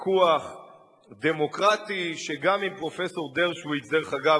ויכוח דמוקרטי, שגם אם פרופסור דרשוביץ, דרך אגב,